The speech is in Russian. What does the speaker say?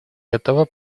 готова